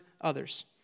others